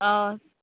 ꯑꯥ